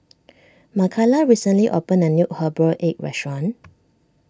Makaila recently opened a new Herbal Egg restaurant